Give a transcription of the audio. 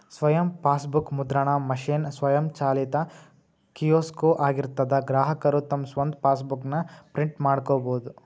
ಸ್ವಯಂ ಫಾಸ್ಬೂಕ್ ಮುದ್ರಣ ಮಷೇನ್ ಸ್ವಯಂಚಾಲಿತ ಕಿಯೋಸ್ಕೊ ಆಗಿರ್ತದಾ ಗ್ರಾಹಕರು ತಮ್ ಸ್ವಂತ್ ಫಾಸ್ಬೂಕ್ ನ ಪ್ರಿಂಟ್ ಮಾಡ್ಕೊಬೋದು